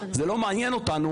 זה לא מעניין אותנו